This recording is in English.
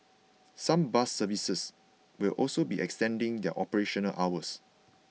some bus services will also be extending their operational hours